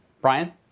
Brian